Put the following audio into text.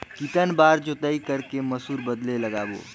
कितन बार जोताई कर के मसूर बदले लगाबो?